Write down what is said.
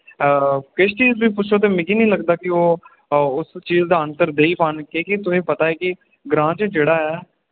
किश चीज़ बी पुच्छो ते मिगी निं लगदा कि ओह् उस चीज़ दा आन्सर देई पान की के तुसें ई पता ऐ कि ग्रां च जेह्ड़ा ऐ